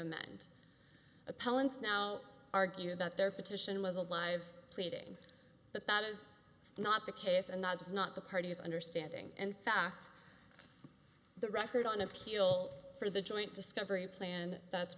appellants now argue that their petition was alive pleading but that is not the case and not just not the parties understanding and fact the record on appeal for the joint discovery plan that's